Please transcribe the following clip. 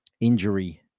injury